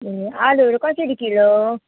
ए आलुहरू कसरी किलो